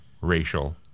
racial